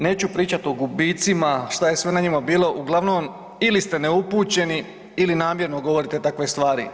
Neću pričat o gubicima, šta je sve na njima bilo, uglavnom, ili ste neupućeni ili namjerno govorite takve stvari.